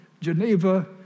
Geneva